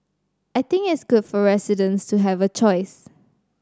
I think it's good for residents to have a choice